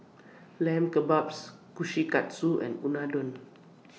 Lamb Kebabs Kushikatsu and Unadon